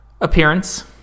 appearance